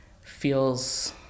feels